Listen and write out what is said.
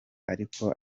ariko